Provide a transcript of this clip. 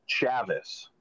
Chavis